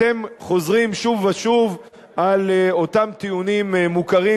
אתם חוזרים שוב ושוב על אותם טיעונים מוכרים,